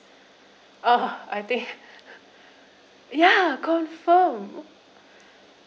oh I think !yay! confirm